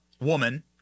woman